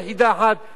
כפי שזה מקובל.